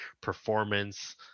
performance